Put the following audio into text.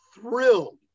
thrilled